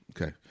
Okay